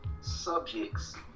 subjects